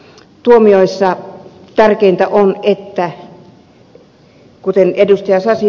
sananvapaustuomioissa tärkeintä on kuten ed